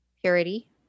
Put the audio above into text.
purity